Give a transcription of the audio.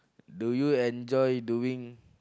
do you enjoy doing